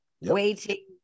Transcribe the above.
waiting